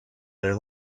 their